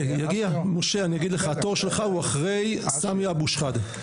משה, התור שלך הוא אחרי סמי אבו שחאדה.